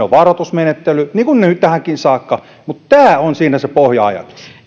on varoitusmenettely niin kuin tähänkin saakka tämä on siinä se pohja ajatus